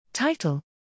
Title